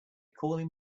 calling